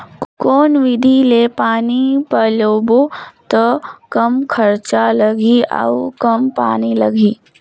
कौन विधि ले पानी पलोबो त कम खरचा लगही अउ कम पानी लगही?